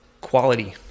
Quality